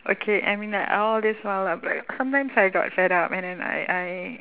okay I mean like all this while I'll be like sometimes I got fed up and then I I